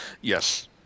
yes